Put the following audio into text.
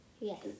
Yes